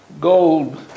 gold